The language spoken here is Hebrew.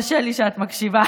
קשה לי שאת מקשיבה,